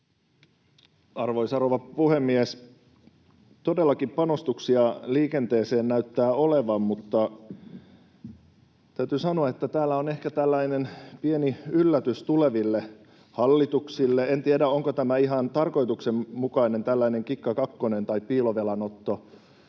Arvoisa rouva puhemies! Todellakin panostuksia liikenteeseen näyttää olevan, mutta täytyy sanoa, että täällä on ehkä tällainen pieni yllätys tuleville hallituksille. En tiedä, onko tämä ihan tällainen tarkoituksenmukainen kikkakakkonen tai piilovelanotto,